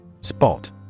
Spot